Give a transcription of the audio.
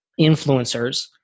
influencers